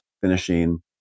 finishing